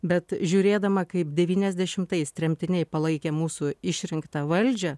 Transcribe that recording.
bet žiūrėdama kaip devyniasdešimtais tremtiniai palaikė mūsų išrinktą valdžią